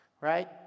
Right